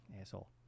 Asshole